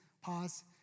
pause